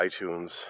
iTunes